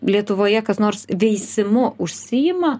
lietuvoje kas nors veisimu užsiima